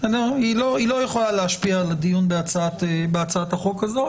היא לא יכולה להשפיע על הדיון בהצעת החוק הזו.